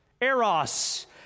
eros